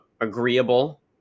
agreeable